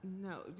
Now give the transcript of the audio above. No